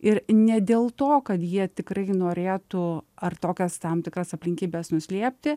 ir ne dėl to kad jie tikrai norėtų ar tokias tam tikras aplinkybes nuslėpti